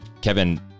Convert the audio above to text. Kevin